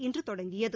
இன்று தொடங்கியது